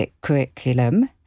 curriculum